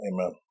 Amen